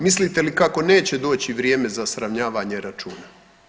Mislite li kako neće doći vrijeme za sravnjavanje računa?